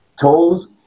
Toes